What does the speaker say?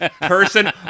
person